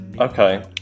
okay